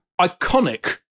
iconic